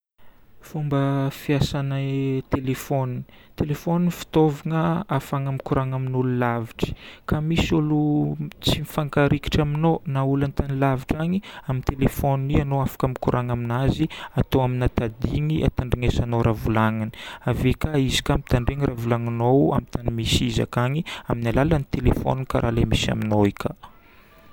Fomba fiasana téléphone. Téléphone fitaovagna ahafahana mikoragna amin'olo lavitra. Ka misy olo tsy mifankarikitry aminao, na ologna an-tany lavitra agny, amin'ny téléphone io ianao afaka mikoragna aminazy atao amina tadiny ahatandrinesanao raha volagniny. Ave ka izy ka mitandregny raha volagninao amin'ny tany misy izy akagny, amin'ny alalan'ny téléphone karaha le misy aminao io ka.